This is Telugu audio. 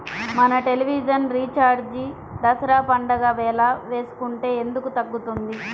మన టెలివిజన్ రీఛార్జి దసరా పండగ వేళ వేసుకుంటే ఎందుకు తగ్గుతుంది?